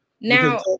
Now